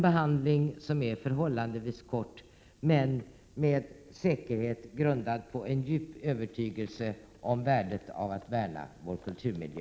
Behandlingen har varit förhållandevis kort men med säkerhet grundad på en djup övertygelse om värdet av att värna vår kulturmiljö.